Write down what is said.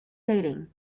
dating